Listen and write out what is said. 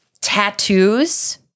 Tattoos